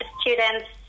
students